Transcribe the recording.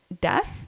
death